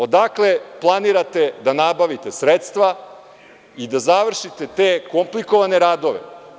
Odakle planirate da nabavite sredstva i da završite te komplikovane radove?